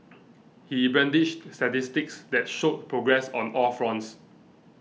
he brandished statistics that showed progress on all fronts